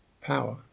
power